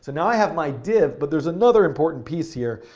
and i have my div. but there's another important piece here,